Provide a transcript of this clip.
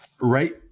right